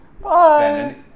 Bye